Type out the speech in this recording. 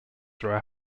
through